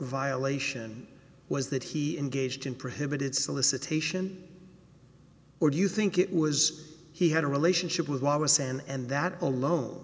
violation was that he engaged in prohibited solicitation or do you think it was he had a relationship with wallace and that alone